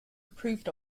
approved